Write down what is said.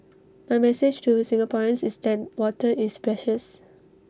my message to Singaporeans is that water is precious